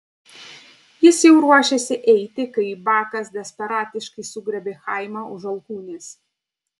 jis jau ruošėsi eiti kai bakas desperatiškai sugriebė chaimą už alkūnės